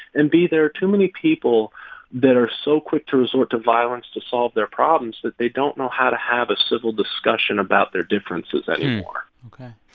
and, b, there are too many people that are so quick to resort to violence to solve their problems that they don't know how to have a civil discussion about their differences anymore ok.